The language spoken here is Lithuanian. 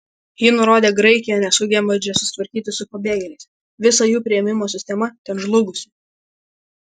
ji nurodė graikiją nesugebančią susitvarkyti su pabėgėliais visa jų priėmimo sistema ten žlugusi